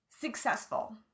successful